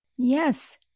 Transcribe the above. Yes